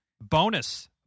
Bonus